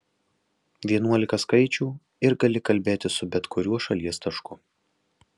vienuolika skaičių ir gali kalbėti su bet kuriuo šalies tašku